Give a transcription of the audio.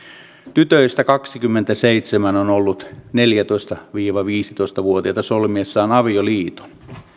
tytöistä kaksikymmentäseitsemän on ollut neljätoista viiva viisitoista vuotiaita solmiessaan avioliiton